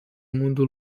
mundo